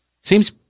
Seems